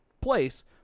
place